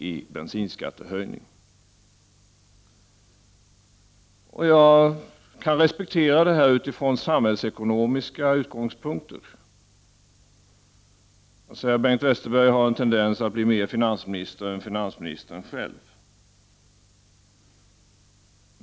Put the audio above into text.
i bensinskattehöjning. Jag kan respektera detta från samhällsekonomiska utgångspunkter. Bengt Westerberg har en tendens att bli mer finansminister än finansministern själv.